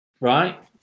Right